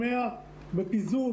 100 בפיזור,